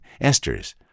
esters